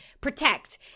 protect